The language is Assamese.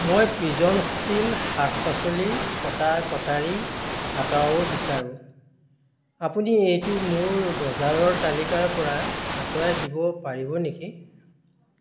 মই পিজন ষ্টীল শাক পাচলি কটা কটাৰী আঁতৰাব বিচাৰোঁ আপুনি এইটো মোৰ বজাৰৰ তালিকাৰ পৰা আঁতৰাই দিব পাৰিব নেকি